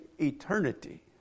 eternity